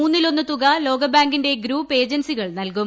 മൂന്നിലൊന്നു തുക ലോകബാങ്കിന്റെ ഗ്രൂപ്പ് ഏജൻസികൾ നൽകും